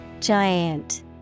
Giant